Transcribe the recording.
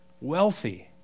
Wealthy